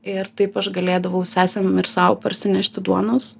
ir taip aš galėdavau sesėm ir sau parsinešti duonos